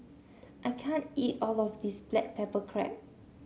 I can't eat all of this Black Pepper Crab